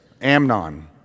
Amnon